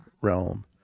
realm